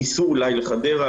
ייסעו אולי לחדרה,